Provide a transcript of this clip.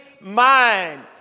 mind